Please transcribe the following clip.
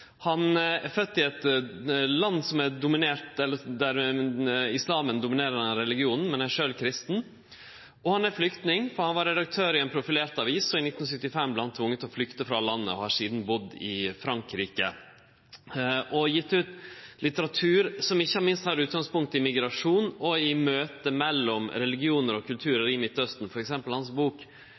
han gjekk på ein fransk skule. Han er fødd i eit land der islam er den dominerande religionen, men sjølv er han kristen. Han er flyktning, fordi han var redaktør i ei profilert avis, og i 1975 vart han tvungen å flykte frå landet og har sidan budd i Frankrike. Han har gjeve ut litteratur som ikkje minst tek utgangspunkt i migrasjon og møtet mellom religionar og kulturar i